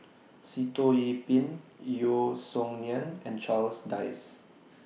Sitoh Yih Pin Yeo Song Nian and Charles Dyce